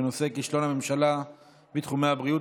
בנושא: כישלון הממשלה בתחומי הבריאות,